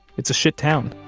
it's a shittown.